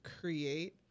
create